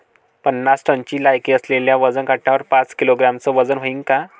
पन्नास टनची लायकी असलेल्या वजन काट्यावर पाच किलोग्रॅमचं वजन व्हईन का?